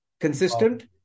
consistent